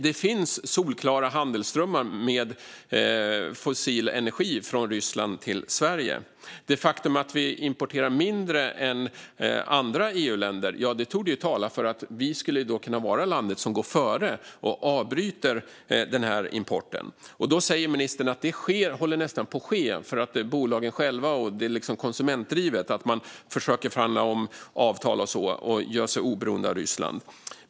Det finns alltså solklara handelsströmmar med fossil energi från Ryssland till Sverige. Det faktum att vi importerar mindre än andra EU-länder torde tala för att vi är landet som ska gå före och avbryta denna import. Nu säger ministern att detta håller på att ske genom bolagen själva. Det är liksom konsumentdrivet. Man försöker omförhandla avtal och sådant och göra sig oberoende av Ryssland.